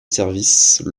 service